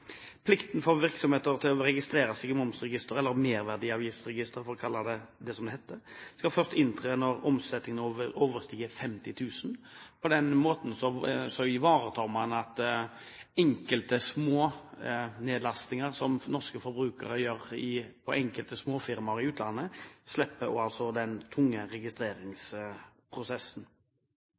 Plikten for virksomheter til å registrere seg i Merverdiavgiftsregisteret skal først inntre når omsetningen overstiger 50 000 kr. På den måten ivaretar man at man ved enkelte smånedlastninger som norske forbrukere gjør på enkelte småfirmaer i utlandet, slipper den tunge registreringsprosessen.